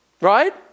Right